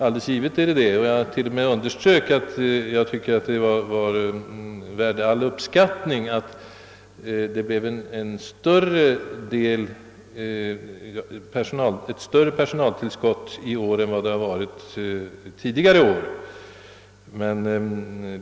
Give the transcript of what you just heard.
Givetvis är den det, ty personalökningar verkar inte ge nast. Jag underströk dock särskilt att i år fick ett större personaltillskott än det var värt uppskattning att polisen som varit fallet tidigare år.